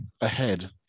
ahead